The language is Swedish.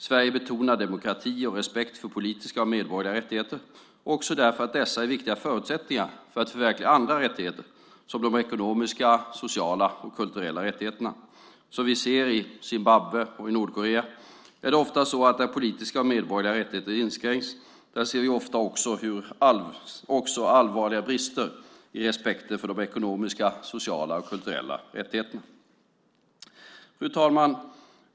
Sverige betonar demokrati och respekt för politiska och medborgerliga rättigheter, också därför att dessa är viktiga förutsättningar för att förverkliga andra rättigheter som de ekonomiska, sociala och kulturella rättigheterna. Som vi ser i Zimbabwe och Nordkorea är det ofta så att där politiska och medborgerliga rättigheter inskränks ser vi ofta också allvarliga brister i respekten för de ekonomiska, sociala och kulturella rättigheterna. Fru talman!